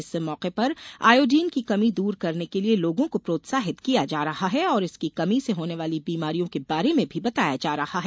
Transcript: इस मौके पर आयोडीन की कमी दूर करने के लिए लोगों को प्रोत्साहित किया किया जा रहा है और इसकी कमी से होने वाली बीमारियों के बारे में भी बताया जा रहा है